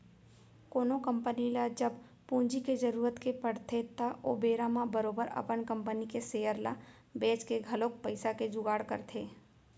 कोनो कंपनी ल जब पूंजी के जरुरत के पड़थे त ओ बेरा म बरोबर अपन कंपनी के सेयर ल बेंच के घलौक पइसा के जुगाड़ करथे